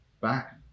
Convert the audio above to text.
back